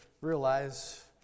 realize